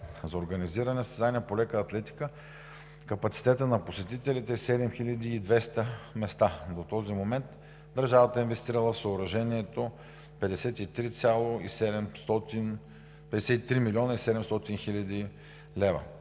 за организиране на състезания по лека атлетика. Капацитетът на посетителите е 7200 места, а до този момент държавата е инвестирала в съоръжението 53 млн. 700 хил. лв.